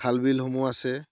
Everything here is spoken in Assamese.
খাল বিলসমূহ আছে